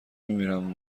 میمیرم